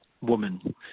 woman